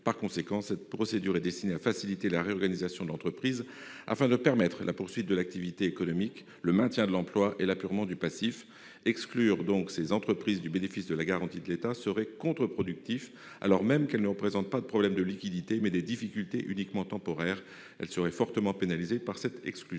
de paiements. Cette procédure « est destinée à faciliter la réorganisation de l'entreprise afin de permettre la poursuite de l'activité économique, le maintien de l'emploi et l'apurement du passif ». Exclure ces entreprises du bénéfice de la garantie de l'État serait donc contre-productif : alors même qu'elles présentent non pas des problèmes de liquidité, mais uniquement des difficultés temporaires, elles seraient fortement pénalisées. Il est donc